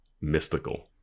mystical